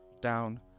down